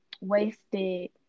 wasted